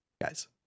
guys